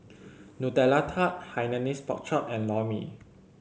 Nutella Tart Hainanese Pork Chop and Lor Mee